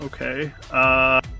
Okay